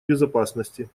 безопасности